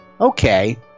okay